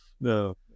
No